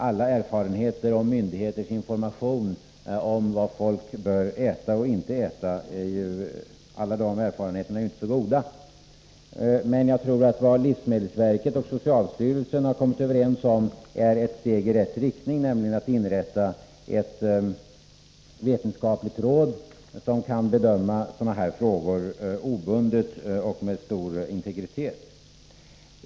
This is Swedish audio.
Alla erfarenheter om myndigheters information om vad folk bör äta och inte äta är inte så goda. Men jag tror att det livsmedelsverket och socialstyrelsen har kommit överens om är ett steg i rätt riktning, nämligen att inrätta ett vetenskapligt råd som kan bedöma sådana här frågor obundet och med stor integritet.